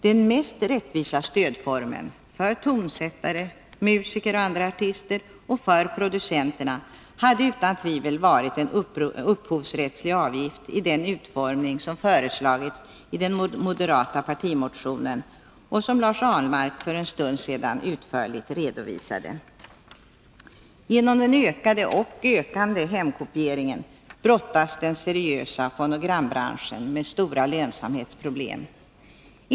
Den mest rättvisa stödformen — för tonsättare, musiker och andra artister och för producenter — hade utan tvivel varit en upphovsrättslig avgift i den utformning som föreslagits i den moderata partimotionen och som Lars Ahlmark för en stund sedan utförligt redovisade. Genom den ökade och ökande hemkopieringen brottas den seriösa fonogrambranschen med stora lönsamhetsproblem.